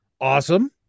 awesome